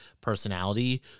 personality